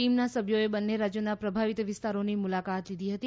ટીમના સભ્યોએ બંને રાજ્યોના પ્રભાવિત વિસ્તારોની મુલાકાત લીધી હતી